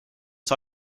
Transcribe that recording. see